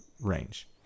range